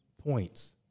points